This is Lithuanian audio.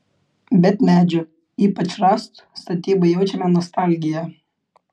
bet medžio ypač rąstų statybai jaučiame nostalgiją